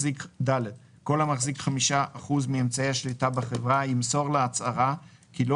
כל המחזיק 5% מאמצעי השליטה בחברה ימסור לה הצהרה כי לא